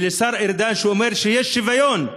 ולשר ארדן, שאומר שיש שוויון,